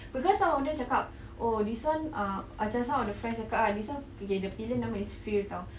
because some of them cakap oh this [one] uh macam some of the friends cakap ah okay the pillion nama is fir [tau]